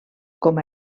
com